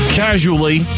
casually